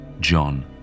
John